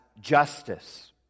justice